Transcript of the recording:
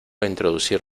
introducir